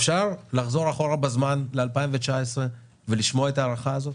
אפשר לחזור אחורה בזמן ל-2019 ולשמוע את ההערכה הזאת?